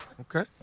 Okay